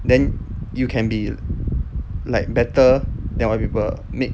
then you can be like better then other people make